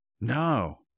No